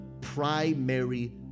primary